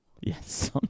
Yes